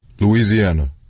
Louisiana